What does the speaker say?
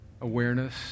awareness